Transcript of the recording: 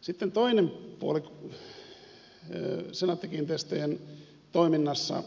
sitten toinen puoli senaatti kiinteistöjen toiminnassa